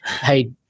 Hey